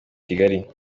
kigali